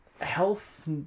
health